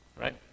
Right